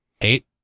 Eight